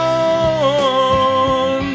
on